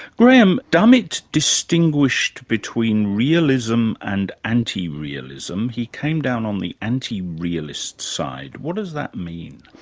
graham, dummett distinguished between realism and anti-realism. he came down on the anti-realist side. what does that mean?